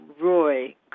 Roy